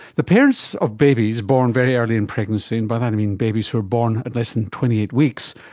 the parents of babies born very early in pregnancy, and by that i mean babies who are born and less than twenty eight weeks,